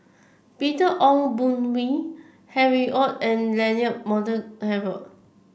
Peter Ong Boon Kwee Harry Ord and Leonard Montague Harrod